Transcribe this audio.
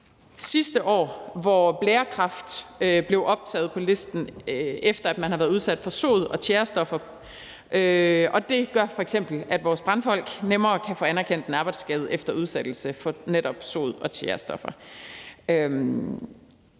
sidste år, hvor blærekræft blev optaget på listen, i forhold til hvis man har været udsat for sod og tjærestoffer, og det gør f.eks., at vores brandfolk nemmere kan få anerkendt en arbejdsskade efter at være udsat for netop sod og tjærestoffer.